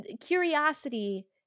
curiosity